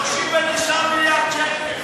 39 מיליארד שקל.